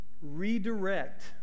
redirect